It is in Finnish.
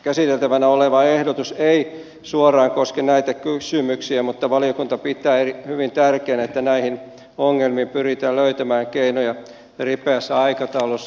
käsiteltävänä oleva ehdotus ei suoraan koske näitä kysymyksiä mutta valiokunta pitää hyvin tärkeänä että näihin ongelmiin pyritään löytämään keinoja ripeässä aikataulussa